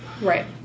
Right